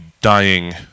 dying